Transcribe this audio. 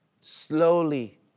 Slowly